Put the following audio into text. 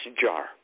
jar